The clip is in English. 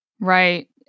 Right